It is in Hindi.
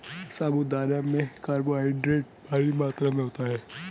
साबूदाना में कार्बोहायड्रेट भारी मात्रा में होता है